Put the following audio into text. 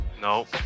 no